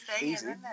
easy